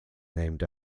named